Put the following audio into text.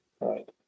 right